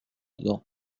dedans